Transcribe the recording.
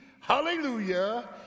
hallelujah